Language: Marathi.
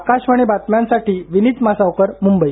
आकाशवाणी बातम्यांसाठी विनित मासावकर मुंबई